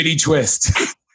twist